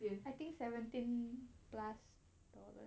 I think seventeen plus dollars